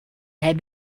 had